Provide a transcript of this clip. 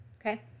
okay